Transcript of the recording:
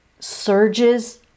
surges